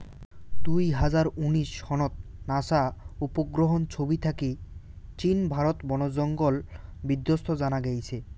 দুই হাজার উনিশ সনত নাসা উপগ্রহর ছবি থাকি চীন, ভারত বনজঙ্গল বিদ্ধিত জানা গেইছে